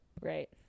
Right